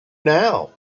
now